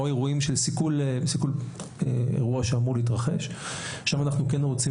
אירועים של סיכול אירוע שאמור להתרחש כאשר שם אנחנו כן רוצים